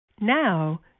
Now